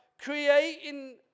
creating